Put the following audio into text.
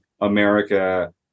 America